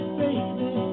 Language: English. baby